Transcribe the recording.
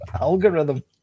Algorithm